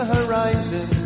horizon